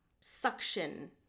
suction